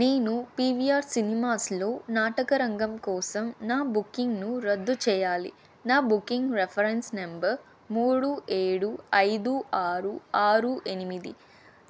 నేను పీవీఆర్ సినిమాస్లో నాటకరంగం కోసం నా బుకింగ్ను రద్దు చేయాలి నా బుకింగ్ రెఫరెన్స్ నెంబర్ మూడు ఏడు ఐదు ఆరు ఆరు ఎనిమిది